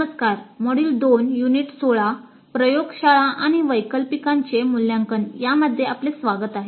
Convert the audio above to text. नमस्कार module 2 unit 16 प्रयोगशाळा आणि वैकल्पिकांचे मूल्यांकन यामध्ये आपले स्वागत आहे